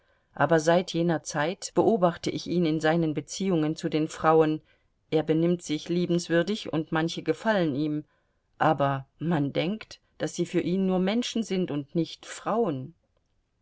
aber seit jener zeit beobachte ich ihn in seinen beziehungen zu den frauen er benimmt sich liebenswürdig und manche gefallen ihm aber man merkt daß sie für ihn nur menschen sind und nicht frauen